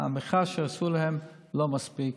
המכרז שעשו להם לא מספיק.